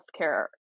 healthcare